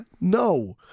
No